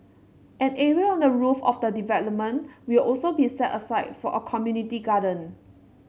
an area on the roof of the development will also be set aside for a community garden